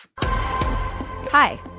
Hi